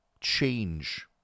change